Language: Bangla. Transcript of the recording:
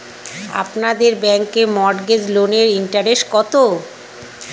আপনাদের ব্যাংকে মর্টগেজ লোনের ইন্টারেস্ট কত?